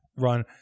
run